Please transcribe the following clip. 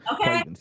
Okay